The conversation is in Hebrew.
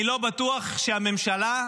אני לא בטוח שהממשלה,